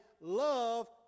love